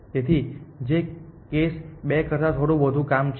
તેથી જે કેસ 2 કરતા થોડું વધુ કામ છે